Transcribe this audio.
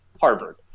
Harvard